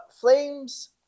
flames